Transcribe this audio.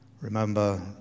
Remember